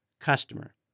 Customer